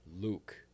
Luke